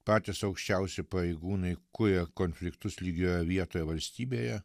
patys aukščiausi pareigūnai kuria konfliktus lygioje vietoje valstybėje